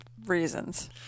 Reasons